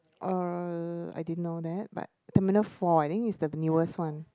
err I didn't know that but Terminal four I think is the newest one